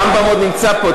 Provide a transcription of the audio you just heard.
הרמב"ם עוד נמצא פה,